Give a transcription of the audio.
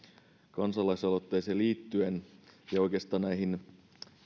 kansalaisaloitteeseen liittyen ja oikeastaan näihin